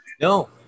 No